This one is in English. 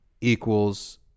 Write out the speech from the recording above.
equals